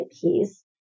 piece